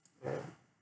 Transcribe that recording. ya